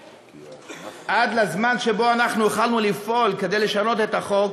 עד לזמן שבו אנחנו החלנו לפעול כדי לשנות את החוק,